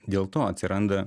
dėl to atsiranda